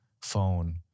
phone